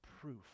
proof